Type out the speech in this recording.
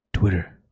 Twitter